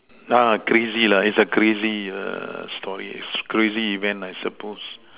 ah crazy lah it's a crazy uh story crazy event I suppose